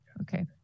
Okay